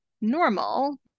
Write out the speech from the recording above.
normal